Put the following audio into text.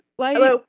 Hello